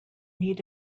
need